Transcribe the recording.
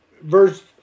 verse